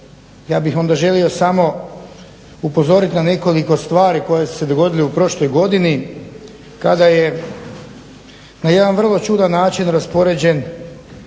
ja bih onda želio samo upozoriti na nekoliko stvari koje su se dogodile u prošloj godini kada je na jedan vrlo čudan način raspoređen